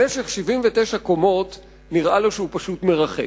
במשך 79 קומות נראה לו שהוא פשוט מרחף.